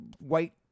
white